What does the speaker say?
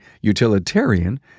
utilitarian